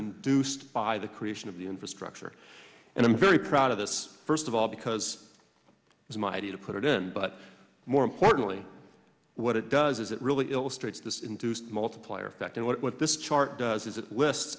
conducive by the creation of the infrastructure and i'm very proud of this first of all because it's my duty to put it in but more importantly what it does is it really illustrates this induced multiplier effect and what this chart does